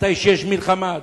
כשיש מלחמה.